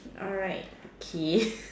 alright okay